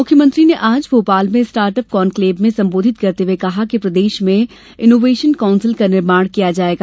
मुख्यमंत्री ने आज भोपाल में स्टार्ट अप कॉन्क्लेव में संबोधित करते हुए कहा कि प्रदेश में इनोवेशन कांउसिल का निर्माण किया जायेगा